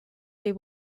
they